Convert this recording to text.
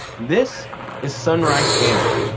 this is sunrise standup.